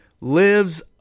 lives